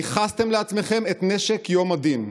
ניכסתם לעצמם את נשק יום הדין,